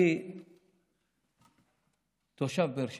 אני תושב באר שבע,